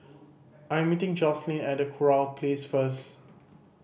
I'm meeting Joselyn at Kurau Place first